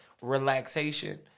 relaxation